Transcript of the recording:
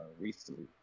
recently